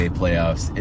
playoffs